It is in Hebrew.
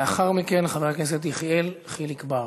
לאחר מכן חבר הכנסת יחיאל חיליק בר.